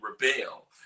rebel